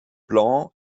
blanc